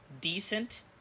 decent